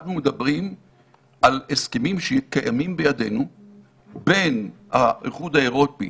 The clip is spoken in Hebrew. אנחנו מדברים על הסכמים שקיימים בידינו בין האיחוד האירופי